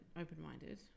open-minded